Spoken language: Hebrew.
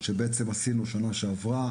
שבעצם גם עשינו בשנה שעברה,